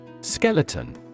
Skeleton